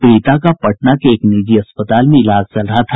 पीड़िता का पटना के एक निजी अस्पताल में इलाज चल रहा था